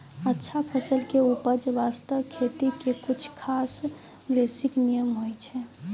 अच्छा फसल के उपज बास्तं खेती के कुछ खास बेसिक नियम होय छै